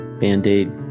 Band-Aid